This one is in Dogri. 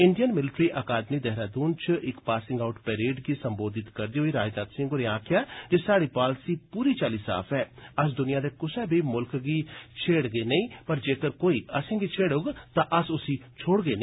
इंडियन मिलिटरी अकादमी देहरादून च इक पासिंग आउट परेड गी संबोधित करदे होई राजनाथ सिंह होरें आक्खेआ जे स्हाड़ी पालिसी पूरी चाल्ली साफ ऐ अस दुनिया दे कुसै बी मुल्ख गी छेड़गे नेईं पर जेकर कोई असेंगी छेड़ोग तां अस उसी छोडड़गे नेईं